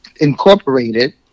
incorporated